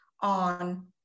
on